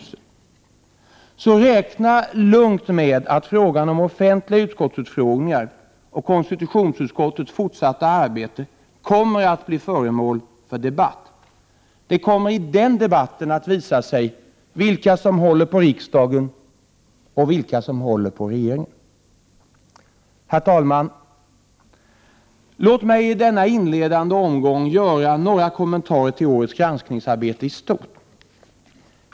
Så räkna lugnt med att frågan om offentliga utskottsutfrågningar och konstitutionsutskottets fortsatta arbete kommer att bli föremål för debatt. Det kommer då att visa sig vilka som håller på riksdagen och vilka som håller på regeringen. Herr talman! Låt mig i denna inledande omgång göra några kommentarer till årets granskningsbetänkande i stort.